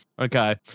Okay